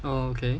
okay